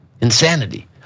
Insanity